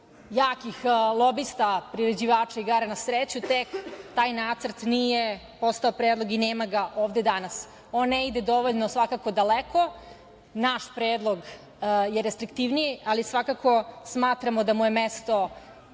jakih lobista priređivača igara na sreću taj nacrt nije postao predlog i nema ga ovde danas. On ne ide svakako dovoljno daleko, naš predlog je restriktivniji, ali svakako smatramo da mu je mesto